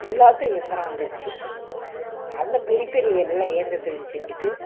எல்லாத்துக்கும் இயந்திரம் வந்துருச்சு அந்த பெரிய பெரிய வேலை எல்லாம் இயந்திரத்தை வச்சு செஞ்சிகிட்டு